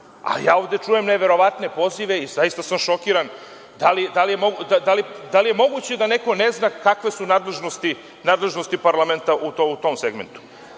a ja ovde čujem neverovatne pozive i zaista sam šokiran. Da li je moguće da neko ne zna kakve su nadležnosti parlamenta u tom segmentu?S